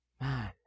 man